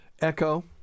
Echo